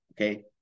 okay